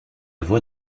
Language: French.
voix